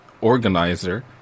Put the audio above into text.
organizer